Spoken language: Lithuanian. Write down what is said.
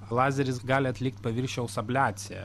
lazeris gali atlikt paviršiaus abliaciją